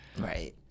Right